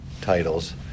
titles